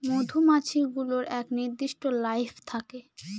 মধুমাছি গুলোর এক নির্দিষ্ট লাইফ থাকে